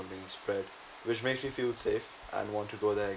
from being spread which makes me feel safe and want to go there